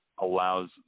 allows